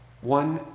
one